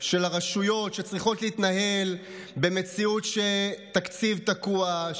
של הרשויות שצריכות להתנהל במציאות שבה תקציב תקוע,